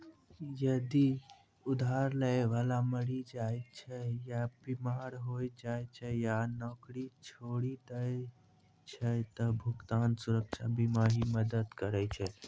जदि उधार लै बाला मरि जाय छै या बीमार होय जाय छै या नौकरी छोड़ि दै छै त भुगतान सुरक्षा बीमा ही मदद करै छै